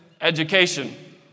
education